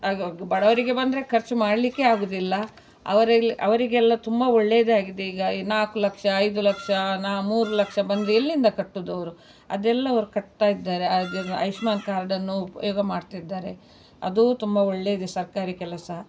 ಆಗ ಬಡವರಿಗೆ ಬಂದರೆ ಖರ್ಚು ಮಾಡಲಿಕ್ಕೆ ಆಗುವುದಿಲ್ಲ ಅವರೆಲ್ಲ ಅವರಿಗೆಲ್ಲ ತುಂಬ ಒಳ್ಳೆಯದೇ ಆಗಿದೆ ಈಗ ನಾಲ್ಕು ಲಕ್ಷ ಐದು ಲಕ್ಷ ನಾನು ಮೂರು ಲಕ್ಷ ಬಂದರೆ ಎಲ್ಲಿಂದ ಕಟ್ಟುವುದವ್ರು ಅದೆಲ್ಲ ಅವ್ರು ಕಟ್ತಾಯಿದ್ದಾರೆ ಆಯುಷ್ಮಾನ್ ಕಾರ್ಡನ್ನು ಉಪಯೋಗ ಮಾಡ್ತಿದ್ದಾರೆ ಅದೂ ತುಂಬ ಒಳ್ಳೆಯದೆ ಸರ್ಕಾರಿ ಕೆಲಸ